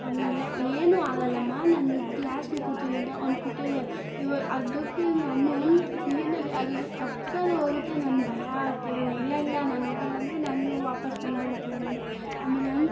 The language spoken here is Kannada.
ಅವ್ನು ಹೇಳಿದ ಏನೂ ಆಗಲ್ಲಮ್ಮ ನಾನು ಕ್ಲ್ಯಾಸನ್ನೂ ಕೊಡ್ತೀನಿ ಅಂದ ಅವ್ನು ಕೊಟ್ಟಿದೆ ಅಯ್ಯೋ ಅದಕ್ಕೆ ನಾನು ನೀರಿನಲ್ಲಿ ಅದರ ಹತ್ರನೂ ಹೋಗಕ್ಕೆ ನನ್ಗೆ ಭಯ ಆಗ್ತಿದೆ ಇಲ್ಲ ಇಲ್ಲ ನಾನು ಹೋಗಲ್ಲಾಂದ್ರೆ ನಾನು ವಾಪಸ್ ಬಂದ್ಬಿಡ್ತೀನಿ ಅಂದೆ ಆಮೇಲೆ